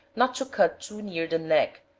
not to cut too near the neck,